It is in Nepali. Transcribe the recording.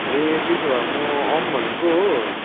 ए त्यसो भए म आऊँ भनेको हो